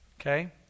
Okay